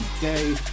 day